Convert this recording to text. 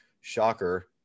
shocker